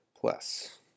plus